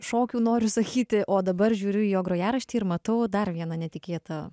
šokių noriu sakyti o dabar žiūriu į jo grojaraštį ir matau dar vieną netikėtą